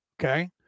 okay